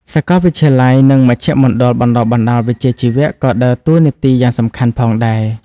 សាកលវិទ្យាល័យ និងមជ្ឈមណ្ឌលបណ្តុះបណ្តាលវិជ្ជាជីវៈក៏ដើរតួនាទីយ៉ាងសំខាន់ផងដែរ។